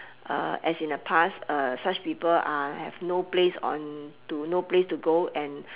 as in a past such people are have no place on to no place to go and